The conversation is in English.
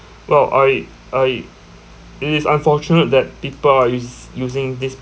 well I I it is unfortunate that people are us~ using this